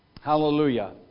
Hallelujah